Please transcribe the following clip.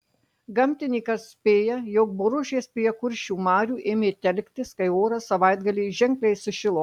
gamtininkas spėja jog boružės prie kuršių marių ėmė telktis kai oras savaitgalį ženkliai sušilo